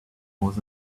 was